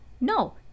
No